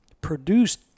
produced